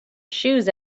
shoes